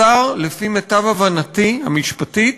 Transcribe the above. לשר, לפי מיטב הבנתי המשפטית,